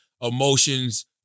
emotions